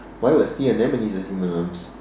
why would sea anemones have human arms